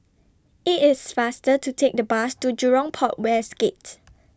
IT IS faster to Take The Bus to Jurong Port West Gate